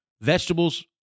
Vegetables